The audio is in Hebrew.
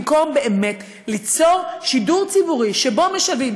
במקום באמת ליצור שידור ציבורי שבו משלבים